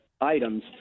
items